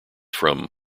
from